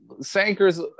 Sanker's